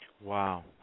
Wow